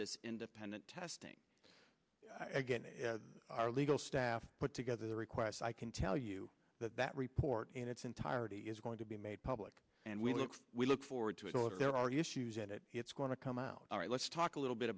this independent testing again our legal staff put together their requests i can tell you that that report in its entirety is going to be made public and we will we look forward to it all if there are issues that it's going to come out all right let's talk a little bit